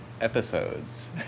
episodes